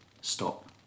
stop